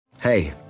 Hey